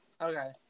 Okay